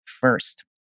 first